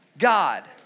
God